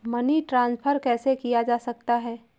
Money transfer कैसे किया जा सकता है?